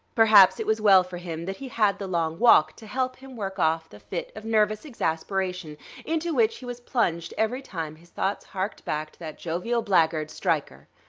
perhaps it was well for him that he had the long walk to help him work off the fit of nervous exasperation into which he was plunged every time his thoughts harked back to that jovial black-guard, stryker.